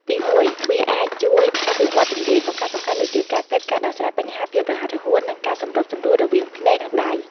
ទីមួយ វាអាចជួយ អភិវឌ្ឍជំនាញ សំខាន់ៗដូចជា ការគិត ការដោះស្រាយបញ្ហា ភាពរហ័សរហួន និងការសម្របសម្រួលរវាងភ្នែក និងដៃ។